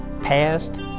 past